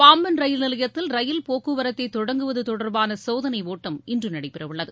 Pamban rail நிலையத்தில் rail போக்குவரத்தை தொடங்குவது தொடர்பான சோதனை ஒட்டம் இன்று நடைபெறவுள்ளது